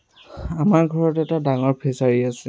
আমাৰ ঘৰত এটা ডাঙৰ ফিচাৰী আছে